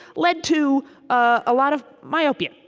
led to a lot of myopia.